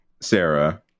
sarah